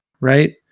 right